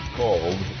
called